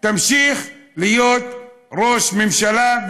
שתמשיך להיות ראש ממשלה,